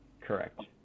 Correct